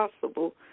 possible